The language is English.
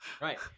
Right